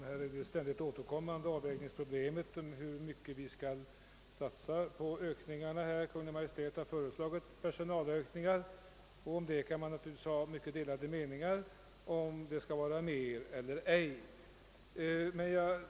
Herr talman! Hur mycket vi skall satsa på detta område är ett ständigt återkommande avvägningsproblem. Kungl. Maj:t har föreslagit vissa personalökningar, och man kan naturligtvis ha starkt delade meningar om huruvida det behövs mer eller ej.